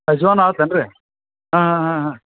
ಅಜವಾನ ಆತ ಏನ್ರಿ ಹಾಂ ಹಾಂ ಹಾಂ ಹಾಂ